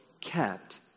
kept